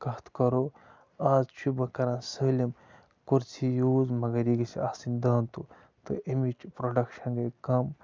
کَتھ کَرو آز چھِ وۄنۍ کَران سٲلِم کُرسی یوٗز مگر یہِ گٔژھ آسٕنۍ دٲنتوٗ تہٕ اَمِچ پرٛوٚڈَکشَن گٔے کَم